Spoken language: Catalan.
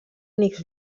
únics